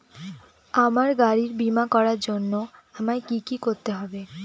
আমার গাড়ির বীমা করার জন্য আমায় কি কী করতে হবে?